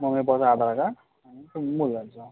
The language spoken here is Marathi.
मम्मी पप्पाचं आधार कार्ड आणि तुमच्या मुलाचं